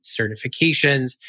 certifications